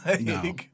No